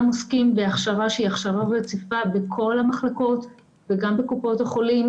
עוסקים בהכשרה שהיא הכשרה רציפה בכל המחלקות וגם בקופות החולים.